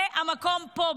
זה המקום פה,